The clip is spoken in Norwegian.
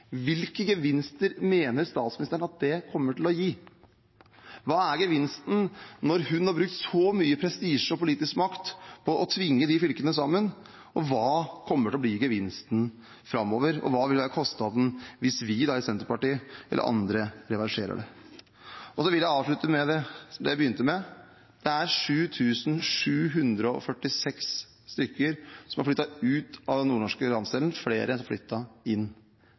Hvilke gevinster mener statsministeren at det kommer til å gi? Hva er gevinsten når hun har brukt så mye prestisje og politisk makt på å tvinge de fylkene sammen? Hva kommer til å bli gevinsten framover, og hva vil være kostnaden hvis vi i Senterpartiet eller andre reverserer det? Jeg vil avslutte med det jeg begynte med. Det er 7 746 flere som har flyttet ut av den nordnorske landsdelen, enn som har flyttet inn.